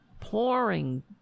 pouring